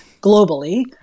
globally